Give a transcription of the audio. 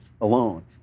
alone